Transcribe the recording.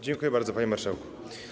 Dziękuję bardzo, panie marszałku.